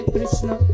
Krishna